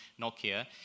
Nokia